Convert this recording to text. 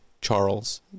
Charles